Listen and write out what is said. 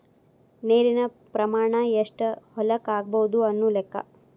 ನೇರಿನ ಪ್ರಮಾಣಾ ಎಷ್ಟ ಹೊಲಕ್ಕ ಆಗಬಹುದು ಅನ್ನು ಲೆಕ್ಕಾ